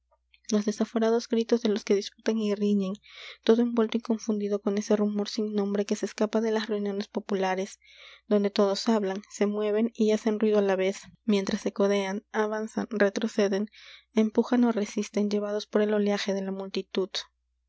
los desaforados gritos de los que disputan y riñen todo envuelto y confundido con ese rumor sin nombre que se escapa de las reuniones populares donde todos hablan se mueven y hacen ruido á la vez mientras se codean avanzan retroceden empujan ó resisten llevados por el oleaje de la multitud